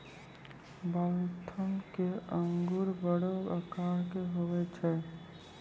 Waltham के अंगूर बड़ो आकार के हुवै छै